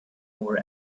more